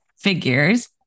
figures